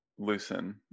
loosen